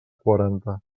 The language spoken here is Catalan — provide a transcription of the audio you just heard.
quaranta